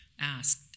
asked